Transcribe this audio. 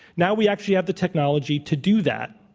now we actually have the technology to do that.